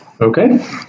Okay